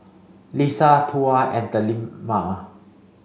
Lisa Tuah and Delima